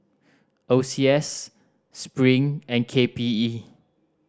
O C S Spring and K P E